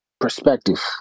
perspective